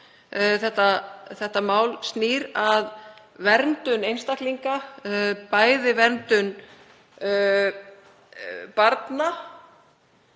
Málið snýr að verndun einstaklinga, bæði verndun barna